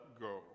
go